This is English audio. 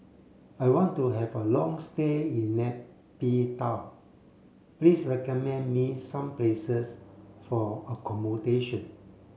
I want to have a long stay in Nay Pyi Taw please recommend me some places for accommodation